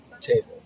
table